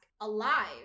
alive